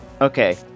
Okay